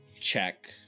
check